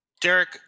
Derek